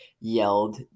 yelled